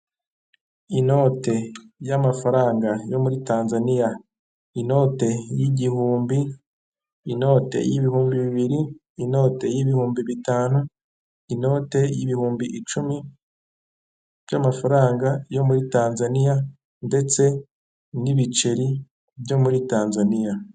Inote y'amafaranga yo muri Tanzaniya, inote y'igihumbi, inote y'ibihumbi bibiri, inote y'ibihumbi bitanu, inote y'ibihumbi icumi by'amafaranga yo muri Tanzaniya ndetse n'ibiceri byo muri Tanzaniya.